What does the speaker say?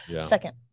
Second